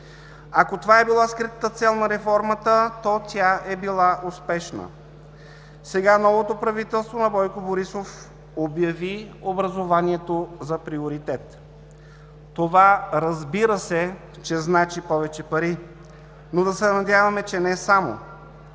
Ако това е била скритата цел на реформата, то тя е била успешна. Сега новото правителство на Бойко Борисов обяви образованието за приоритет. Това, разбира се, че значи повече пари, но да се надяваме, че не само.